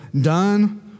done